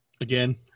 Again